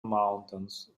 mountains